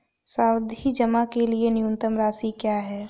सावधि जमा के लिए न्यूनतम राशि क्या है?